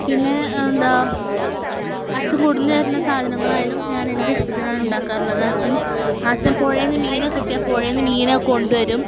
പിന്നെ എന്താ അച്ഛൻ കൊണ്ടുവന്നുതരുന്ന സാധനങ്ങളായാലും ഞാൻ എൻ്റെ ഇഷ്ടത്തിനാണ് ഉണ്ടാക്കാറുള്ളത് അച്ഛൻ അച്ഛൻ പുഴയിൽനിന്ന് മീനിനെ കിട്ടിയാൽ പുഴയിൽനിന്ന് മീനിനെ കൊണ്ടുവരും